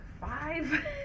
Five